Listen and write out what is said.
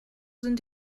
sind